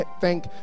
thank